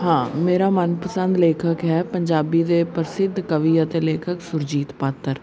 ਹਾਂ ਮੇਰਾ ਮਨਪਸੰਦ ਲੇਖਕ ਹੈ ਪੰਜਾਬੀ ਦੇ ਪ੍ਰਸਿੱਧ ਕਵੀ ਅਤੇ ਲੇਖਕ ਸੁਰਜੀਤ ਪਾਤਰ